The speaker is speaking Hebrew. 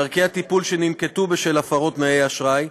דרכי הטיפול שננקטו בשל הפרות תנאי האשראי,